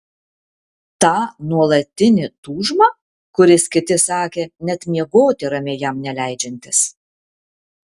tą nuolatinį tūžmą kuris kiti sakė net miegoti ramiai jam neleidžiantis